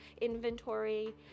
inventory